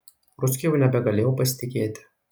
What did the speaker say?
ruckiu jau nebegalėjau pasitikėti